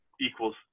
equals